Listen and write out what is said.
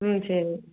ம் சரி